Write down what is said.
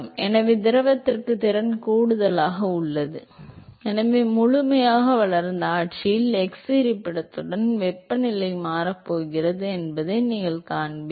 எனவே திரவத்திற்கு திறன் கூடுதலாக உள்ளது எனவே முழுமையாக வளர்ந்த ஆட்சியில் x இருப்பிடத்துடன் வெப்பநிலை மாறப்போகிறது என்பதை நீங்கள் காண்பீர்கள்